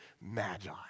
magi